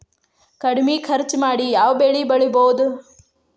ಕಡಮಿ ಖರ್ಚ ಮಾಡಿ ಯಾವ್ ಬೆಳಿ ಬೆಳಿಬೋದ್?